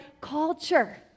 culture